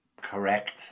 Correct